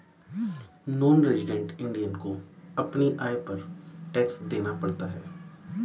non resident Indian को अपने आय पर टैक्स देना पड़ता है